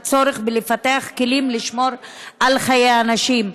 הוא הצורך לפתח כלים לשמור על חיי נשים.